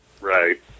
Right